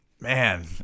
Man